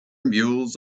mules